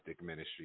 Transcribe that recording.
ministry